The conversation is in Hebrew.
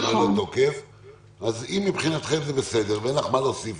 בעצם ועדת הקורונה רצתה את האיזון הזה,